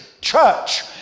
church